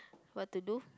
what to do